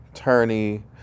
attorney